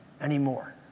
anymore